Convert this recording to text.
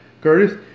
Curtis